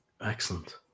Excellent